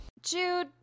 Jude